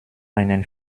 einen